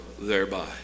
thereby